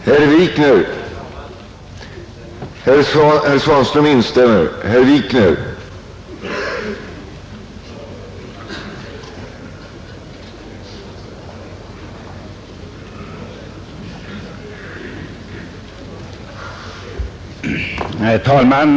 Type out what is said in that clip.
Herr talman!